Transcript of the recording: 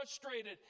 frustrated